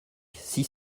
six